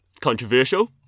Controversial